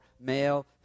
male